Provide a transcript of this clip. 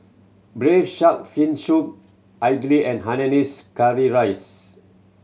Braised Shark Fin Soup idly and Hainanese curry rice